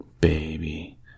Baby